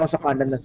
apartment